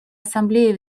ассамблеей